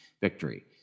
victory